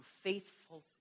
faithful